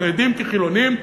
חרדים כחילונים,